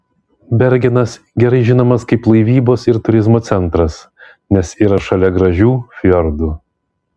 bergenas gerai žinomas kaip laivybos ir turizmo centras nes yra šalia gražių fjordų